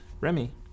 Remy